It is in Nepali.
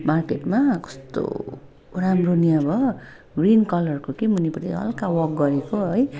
मार्केटमा कस्तो राम्रो नि अब ग्रिन कलरको कि मुनिपट्टि हलका वर्क गरेको है